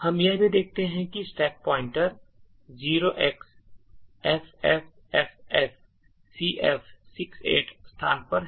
हम यह भी देखते हैं कि स्टैक पॉइंटर 0xffffcf68 स्थान पर है